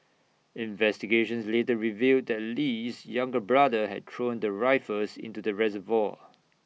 investigations later revealed that Lee's younger brother had thrown the rifles into the reservoir